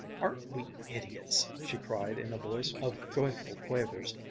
aren't we idiots! she cried in a voice of joyful quavers.